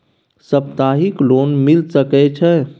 सप्ताहिक लोन मिल सके छै?